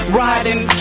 riding